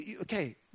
okay